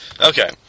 Okay